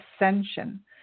ascension